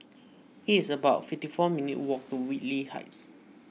it is about fifty four minutes' walk to Whitley Heights